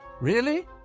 Really